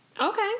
Okay